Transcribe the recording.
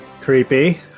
Creepy